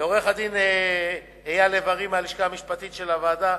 לעורך-דין אייל לב-ארי מהלשכה המשפטית של הוועדה,